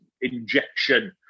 injection